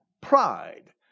pride